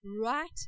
right